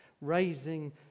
raising